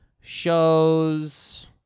shows